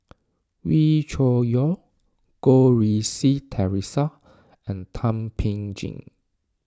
Wee Cho Yaw Goh Rui Si theresa and Thum Ping Tjin